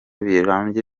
birambye